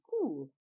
cool